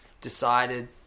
decided